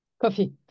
Coffee